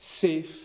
safe